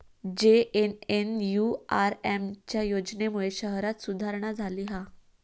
JNNURM च्या योजनेमुळे शहरांत सुधारणा झाली हा